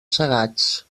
segats